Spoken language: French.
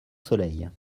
soleil